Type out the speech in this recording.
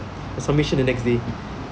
got submission the next day